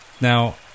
now